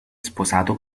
sposato